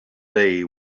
day